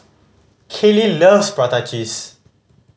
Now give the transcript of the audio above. Kaelyn loves prata cheese